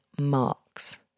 marks